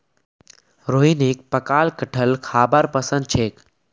रोहिणीक पकाल कठहल खाबार पसंद छेक